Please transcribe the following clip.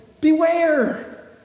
Beware